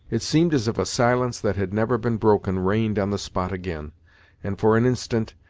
it seemed as if a silence that had never been broken reigned on the spot again and, for an instant,